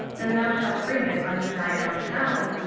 then thou shalt bring it unto thine own house,